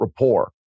rapport